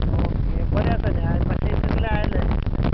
okay बरें आसा न्हय मातशें येतगीर आयलें